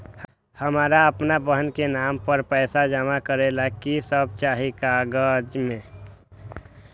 हमरा अपन बहन के नाम पर पैसा जमा करे ला कि सब चाहि कागज मे?